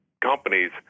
companies